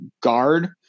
guard